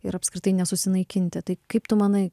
ir apskritai nesusinaikinti tai kaip tu manai